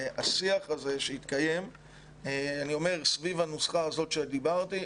השיח הזה שהתקיים סביב הנוסחה הזאת שדיברתי,